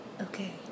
Okay